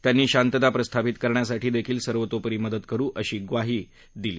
त्यांनी शांतता प्रस्तापित करण्यासाठी देखील सर्वोतोपरी मदत करु अशी म्वाही देखील दिली